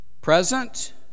present